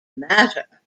matter